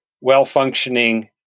well-functioning